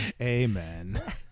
Amen